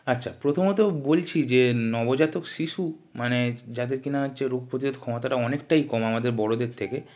আচ্ছা প্রথমত বলছি যে নবজাতক শিশু মানে যাদের কিনা হচ্ছে রোগ প্রতিরোধ ক্ষমতাটা অনেকটাই কম আমাদের বড়দের থেকে